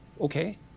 okay